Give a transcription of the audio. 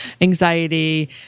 anxiety